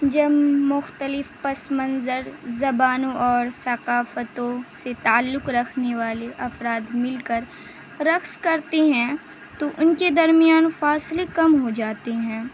جب مختلف پس منظر زبانوں اور ثقافتوں سے تعلق رکھنے والے افراد مل کر رقص کرتے ہیں تو ان کے درمیان فاصلے کم ہو جاتے ہیں